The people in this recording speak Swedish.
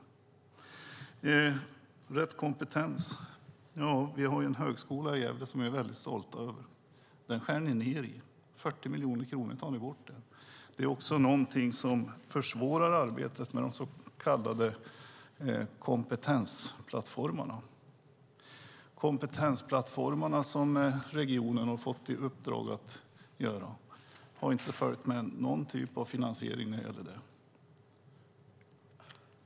När det gäller rätt kompetens har vi en högskola i Gävle som vi är mycket stolta över. Men där skär ni ned. Ni tar bort 40 miljoner kronor från den. Det är också någonting som försvårar arbetet med de så kallade kompetensplattformarna. Regionen har fått i uppdrag att göra kompetensplattformar, men det har inte följt med någon typ av finansiering.